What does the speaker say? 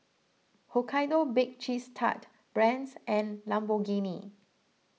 Hokkaido Baked Cheese Tart Brand's and Lamborghini